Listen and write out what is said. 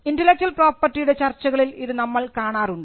intellectual പ്രോപ്പർട്ടിയുടെ ചർച്ചകളിൽ ഇത് നമ്മൾ കാണാറുണ്ട്